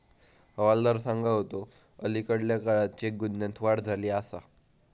हवालदार सांगा होतो, अलीकडल्या काळात चेक गुन्ह्यांत वाढ झाली आसा